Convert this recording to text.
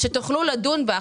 שתוכלו לדון בה.